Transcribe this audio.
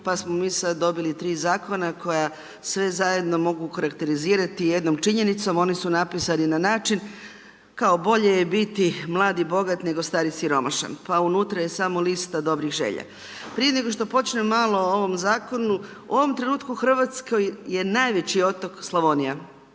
pa smo mi sad dobili 3 zakona koja sve zajedno mogu okarakterizirati jednom činjenicom, oni su napisani na način kao bolje je biti mlad i bogat nego star i siromašan. Pa unutra je samo lista dobrih želja. Prije nego što počnemo malo o ovom Zakonu, u ovom trenutku u RH je najveći otok Slavonija.